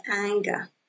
anger